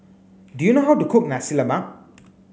do you know how to cook Nasi Lemak